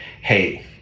Hey